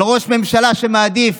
על ראש ממשלה שמעדיף